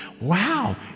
Wow